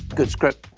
good script.